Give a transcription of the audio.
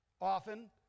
often